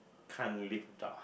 can't live without